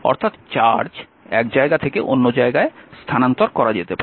অর্থাৎ চার্জ এক জায়গা থেকে অন্য জায়গায় স্থানান্তর করা যেতে পারে